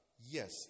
Yes